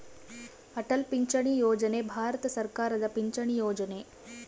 ಅಟಲ್ ಪಿಂಚಣಿ ಯೋಜನೆ ಭಾರತ ಸರ್ಕಾರದ ಪಿಂಚಣಿ ಯೊಜನೆ